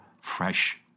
fresh